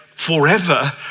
forever